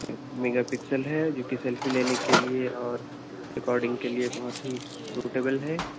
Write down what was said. mega pixel ہے جوکہ selfie لینے کے لیے اور رکاڈنگ کے لیے بہت ہی سوٹیبل ہے